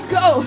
go